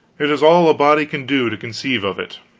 it is all a body can do to conceive of it.